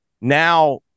Now